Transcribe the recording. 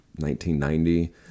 1990